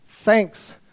Thanks